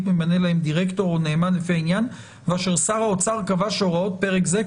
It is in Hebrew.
ממנה לה דירקטור או נאמן לפי העניין ואשר שר האוצר קבע שהוראות פרק זה,